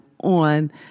on